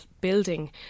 building